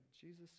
Jesus